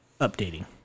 updating